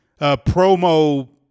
promo